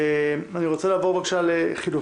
אני רוצה לעבור בבקשה לאיוש